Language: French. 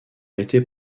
été